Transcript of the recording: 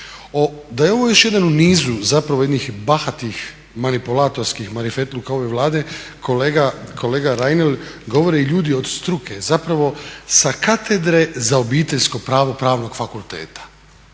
Da je ovo još jedan u nizu zapravo jednih bahatih manipulatorskih marifetluka ove Vlade kolega Reiner govore i ljudi od struke, zapravo sa Katedre za Obiteljsko pravo Pravnog fakulteta,